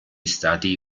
stati